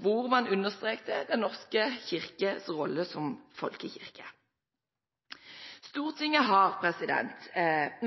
hvor man understreket Den norske kirkes rolle som folkekirke.